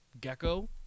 Gecko